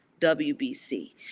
WBC